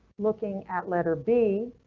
looking at letter b,